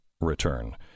return